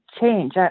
change